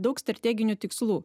daug strateginių tikslų